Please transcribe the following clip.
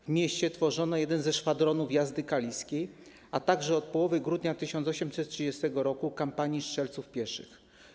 W mieście tworzono jeden ze szwadronów jazdy kaliskiej, a także od połowy grudnia 1830 r. kompanii strzelców pieszych.